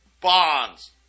bonds